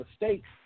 mistakes